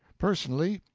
personally,